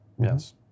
Yes